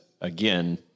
again